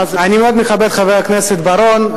אני מאוד מכבד את חבר הכנסת בר-און,